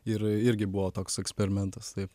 ir irgi buvo toks eksperimentas taip